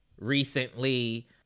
recently